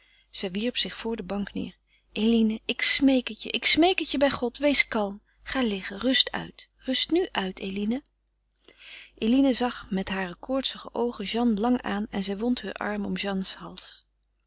zij wierp zich voor de bank neêr eline ik smeek het je ik smeek het je bij god wees kalm ga liggen rust uit rust nu uit eline eline zag met hare koortsige oogen jeanne lang aan en zij wond heur arm om jeanne's hals